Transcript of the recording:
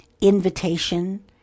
Invitation